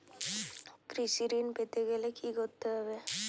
কৃষি ঋণ পেতে গেলে কি করতে হবে?